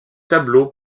tableaux